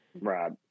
Right